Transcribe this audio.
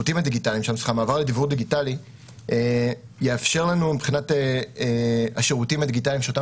המעבר לדוורור דיגיטלי יאפשר לנו מבחינת השירותים הדיגיטליים שאנחנו